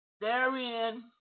Therein